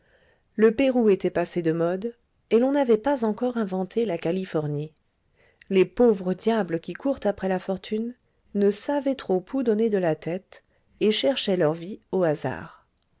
le pérou était passé de mode et l'on n'avait pas encore inventé la californie les pauvres diables qui courent après la fortune ne savaient trop où donner de la tête et cherchaient leur vie au hasard